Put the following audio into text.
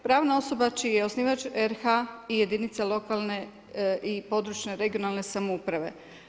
Pravna osoba čiji je osnivač RH i jedinice lokalne i područne, regionalne samouprave.